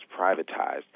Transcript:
privatized